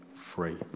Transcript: free